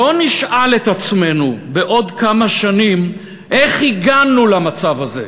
שלא נשאל את עצמנו בעוד כמה שנים איך הגענו למצב הזה.